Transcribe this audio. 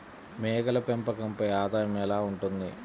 మేకల పెంపకంపై ఆదాయం ఎలా ఉంటుంది?